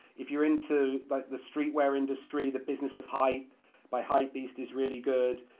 if you're into the the street wear industry the business of hype by hypebeast is really good.